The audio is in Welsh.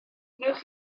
wnewch